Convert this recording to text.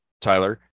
Tyler